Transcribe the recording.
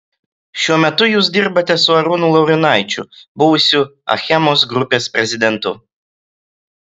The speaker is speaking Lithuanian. šiuo metu jūs dirbate su arūnu laurinaičiu buvusiu achemos grupės prezidentu